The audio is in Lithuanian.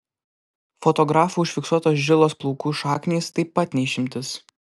fotografų užfiksuotos žilos plaukų šaknys taip pat ne išimtis